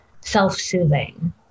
self-soothing